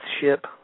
Ship